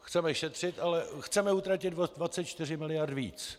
Chceme šetřit, ale chceme utratit o 24 mld. víc.